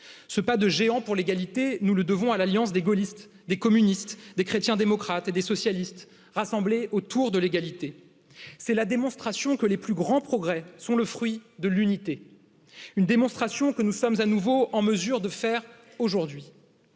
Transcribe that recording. ce pas de géants pour l'égalité nous le devons à l'alliance des gaullistes des communistes des chrétiens démocrates et des socialistes rassemblés autour de l'égalité c'est la démonstration que les plus grands progrès sont le fruit de l'unité, une démonstration que nous sommes à nouveau en mesure de faire aujourd'hui,